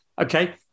Okay